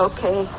Okay